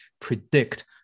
predict